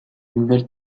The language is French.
nouvelles